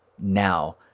Now